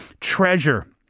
Treasure